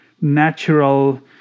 natural